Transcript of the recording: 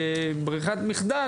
בברירת מחדל,